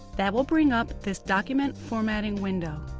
that will bring up this document formatting window.